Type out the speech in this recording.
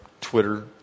Twitter